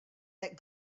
that